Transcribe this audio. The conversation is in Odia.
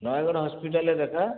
ନୟାଗଡ଼ ହସ୍ପିଟାଲରେ ଦେଖାଅ